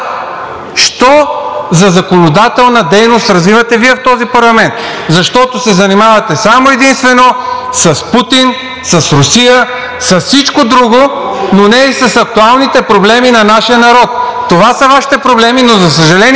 що за законодателна дейност развивате Вие в този парламент, защото се занимавате само и единствено с Путин, с Русия, с всичко друго, но не и с актуалните проблеми на нашия народ. Това са Вашите проблеми, но за съжаление,